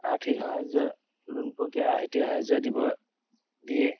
আৰ্থিক সাহাৰ্য লোন প্ৰক্ৰিয়া আৰ্থিক সাহাৰ্য দিব দিয়ে